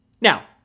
Now